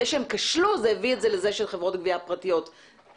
זה שהרשויות כשלו בגבייה גרם לכניסת החברות הפרטיות לתחום